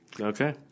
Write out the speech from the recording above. Okay